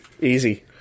Easy